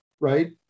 right